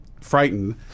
frightened